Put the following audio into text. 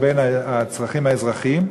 לבין הצרכים האזרחיים,